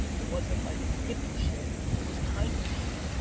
it wasn't like hippie shit it was kindness shit.